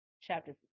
chapter